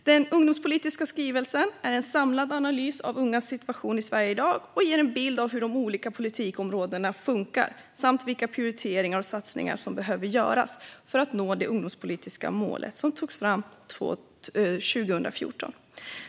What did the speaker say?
Den ungdomspolitiska skrivelsen är en samlad analys av ungas situation i Sverige i dag och ger en bild av hur de olika politikområdena funkar samt vilka prioriteringar och satsningar som behöver göras för att nå det ungdomspolitiska målet som togs fram 2014.